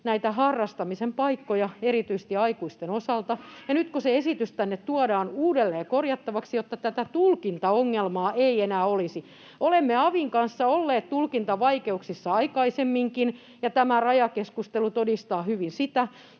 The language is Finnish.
näitä harrastamisen paikkoja erityisesti aikuisten osalta, ja nyt se esitys tuodaan uudelleen tänne korjattavaksi, jotta tätä tulkintaongelmaa ei enää olisi. Olemme avin kanssa olleet tulkintavaikeuksissa aikaisemminkin, ja tämä rajakeskustelu todistaa hyvin sitä.